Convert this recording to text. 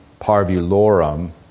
parvulorum